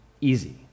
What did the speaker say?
easy